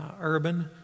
urban